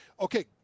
okay